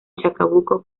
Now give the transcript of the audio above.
chacabuco